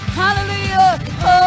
hallelujah